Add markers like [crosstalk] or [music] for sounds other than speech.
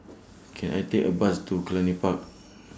[noise] Can I Take A Bus to Cluny Park